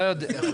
אני לא יודע.